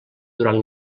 durant